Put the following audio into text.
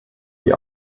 die